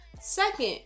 second